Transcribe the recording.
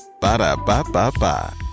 Ba-da-ba-ba-ba